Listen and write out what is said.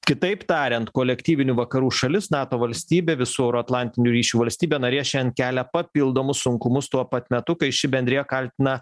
kitaip tariant kolektyvinių vakarų šalis nato valstybė visų euroatlantinių ryšių valstybė narė šian kelia papildomus sunkumus tuo pat metu kai ši bendrija kaltina